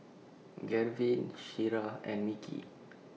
Garvin Shira and Micky